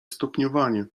stopniowanie